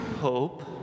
hope